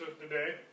today